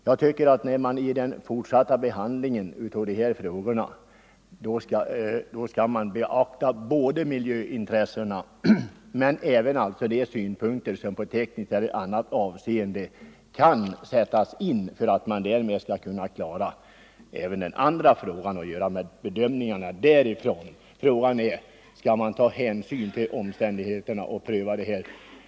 Man bör vid den fortsatta behandlingen av detta ärende beakta både miljöintressena och de synpunkter i tekniskt avseende som kan framföras vid det tillfället. Skall man då ta hänsyn till dessa omständigheter och på nytt göra en prövning i vanlig demokratisk ordning, när många människor kräver det, eller skall man låta bli att göra detta.